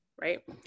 right